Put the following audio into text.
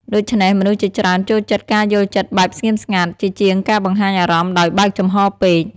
ដូច្នេះ មនុស្សជាច្រើនចូលចិត្តការយល់ចិត្តបែបស្ងៀមស្ងាត់ ជាជាងការបង្ហាញអារម្មណ៍ដោយបើកចំហពេក។